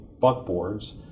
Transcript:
buckboards